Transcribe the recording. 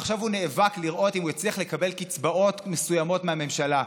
עכשיו הוא נאבק לראות אם הוא הצליח לקבל קצבאות מסוימות מהממשלה,